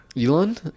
elon